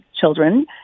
children